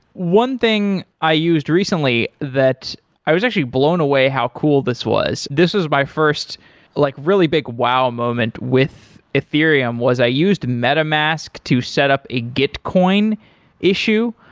one thing i used recently that i was actually blown away how cool this was. this was my first like really big wild moment ethereum was i used metamask to setup a gitcoin issue.